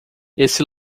esse